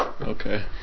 Okay